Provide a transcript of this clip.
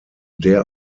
der